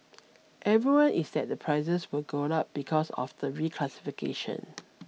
everyone is that the prices will go up because of the reclassification